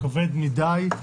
הוא כבד מדי,